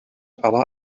aber